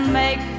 make